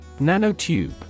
Nanotube